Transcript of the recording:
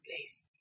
place